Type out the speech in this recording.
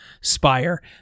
spire